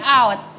out